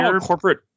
corporate